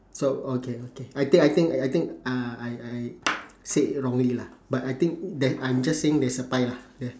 so okay okay I think I think I think uh I I said wrongly lah but I think that I'm just saying there is a pie lah here